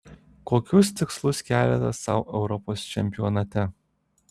kokius tikslus keliate sau europos čempionate